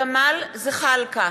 ג'מאל זחאלקה,